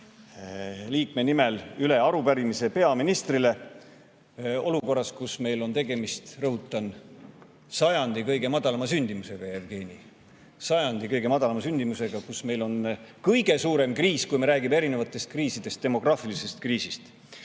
liikme nimel üle arupärimise peaministrile. Seda olukorras, kus meil on tegemist, rõhutan, sajandi kõige madalama sündimusega – Jevgeni, sajandi kõige madalama sündimusega! –, kus meil on kõige suurem kriis, kui me räägime erinevatest kriisidest, just demograafiline kriis.